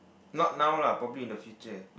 not now lah probably in the future